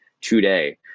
today